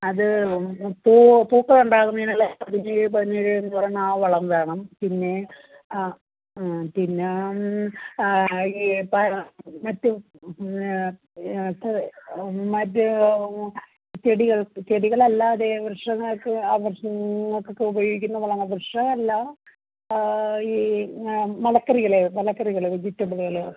അത് പൂ പൂക്കളുണ്ടാകുന്നതിനുള്ള എന്ന് പറയുന്ന ആ വളം വേണം പിന്നെ ആ പിന്നെ ഈ പ മറ്റു മറ്റു മറ്റു ചെടികൾ ചെടികളല്ലാതെ വൃക്ഷങ്ങൾക്ക് വൃക്ഷങ്ങൾക്കൊക്കെ ഉപയോഗിക്കുന്ന വളങ്ങൾ വൃക്ഷം അല്ല ഈ മലക്കറികളെ മലക്കറികൾ വെജിറ്റബിലുകൾ